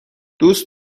دوست